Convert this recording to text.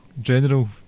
general